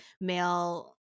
male